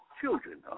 children